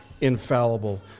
infallible